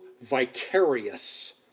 vicarious